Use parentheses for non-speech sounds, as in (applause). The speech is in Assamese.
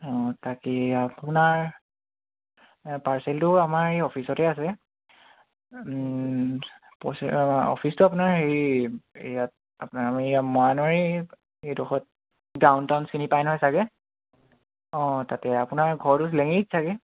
অঁ (unintelligible) আপোনাৰ পাৰ্চেলটো আমাৰ এই অফিচতে আছে (unintelligible) অফিচটো আপোনাৰ হেৰি ইয়াত (unintelligible) এইডোখৰত ডাউন টাউন চিনি পায় নহয় চাগে অঁ তাতে আপোনাৰ ঘৰটো (unintelligible)